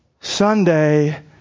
Sunday